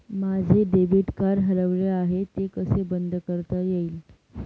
माझे debit card हरवले आहे ते कसे बंद करता येईल?